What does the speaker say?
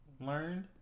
learned